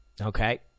okay